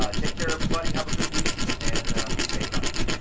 ah take care everybody, have a good week. and be safe out there.